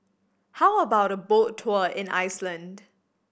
how about a boat tour in Iceland